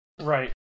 Right